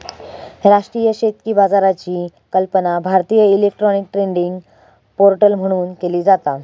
राष्ट्रीय शेतकी बाजाराची कल्पना भारतीय इलेक्ट्रॉनिक ट्रेडिंग पोर्टल म्हणून केली जाता